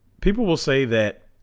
people will say that